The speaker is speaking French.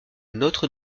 notre